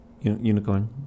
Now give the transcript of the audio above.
Unicorn